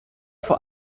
vor